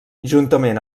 juntament